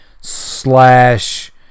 slash